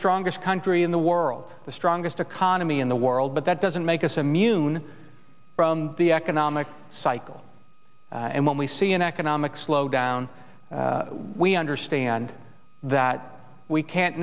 strongest country in the world the strongest economy in the world but that doesn't make us immune from the economic cycle and when we see an economic slowdown we understand that we can't